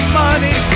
money